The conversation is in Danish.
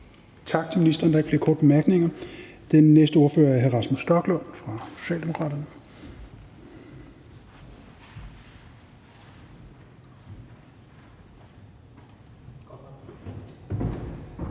Tak til ministeren. Der er ikke flere korte bemærkninger. Den næste ordfører er hr. Rasmus Stoklund fra Socialdemokratiet.